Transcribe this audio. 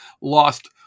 lost